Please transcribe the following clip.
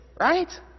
Right